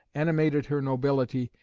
animated her nobility,